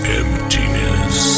emptiness